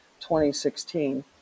2016